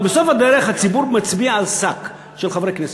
אבל בסוף הדרך הציבור מצביע על שק של חברי כנסת.